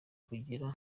kugira